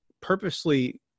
purposely